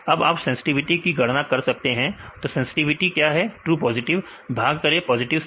अब आप सेंसटिविटी की गणना कर सकते हैं तो सेंसटिविटी क्या है ट्रू पॉजिटिव भाग करें पॉजिटिव से